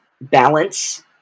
Balance